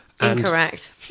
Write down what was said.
Incorrect